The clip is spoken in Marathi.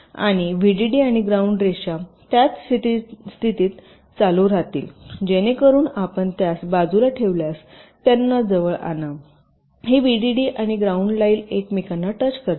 आणि व्हीडीडी आणि ग्राउंड रेषा त्याच त्याच क्षैतिज स्थितीत चालू असतील जेणेकरून आपण त्यास बाजूला ठेवल्यास त्यांना जवळ आणा ही व्हीडीडी आणि ग्राउंड लाईन एकमेकांना टच करतील